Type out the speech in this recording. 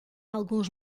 alguns